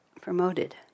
promoted